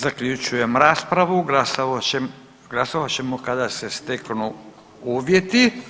Zaključujem raspravu, glasovat ćemo kada se steknu uvjeti.